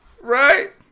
Right